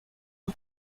est